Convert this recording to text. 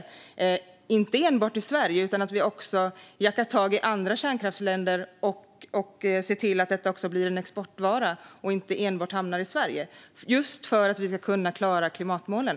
Det gäller inte enbart i Sverige, utan vi ska också jacka tag i andra kärnkraftsländer och se till att kärnkraften blir en exportvara och inte enbart hamnar i Sverige - just för att vi ska kunna klara klimatmålen.